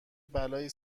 بلایی